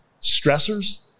stressors